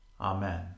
Amen